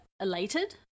elated